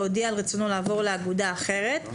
להודיע על רצונו לעבור לאגודה אחרת,